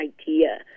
idea